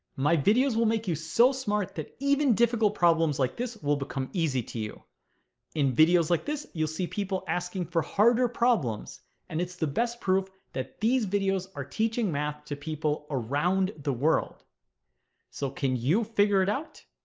my videos will make you so smart that even difficult problems like this will become easy to you in videos like this you'll see people asking for harder problems and it's the best proof that these videos are teaching math to people around the world so, can you figure it out?